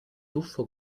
tuffo